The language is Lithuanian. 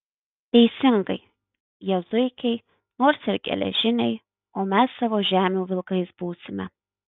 teisingai jie zuikiai nors ir geležiniai o mes savo žemių vilkais būsime